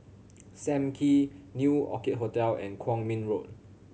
Sam Kee New Orchid Hotel and Kwong Min Road